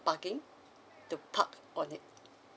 parking to park on it